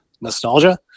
nostalgia